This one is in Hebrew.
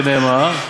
שנאמר"